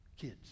kids